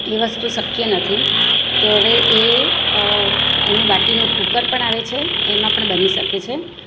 એ વસ્તુ શક્ય નથી તો હવે એ એનું બાટીનું કુકર પણ આવે છે એમાં પણ બની શકે છે